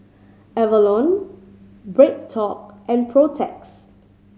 Avalon BreadTalk and Protex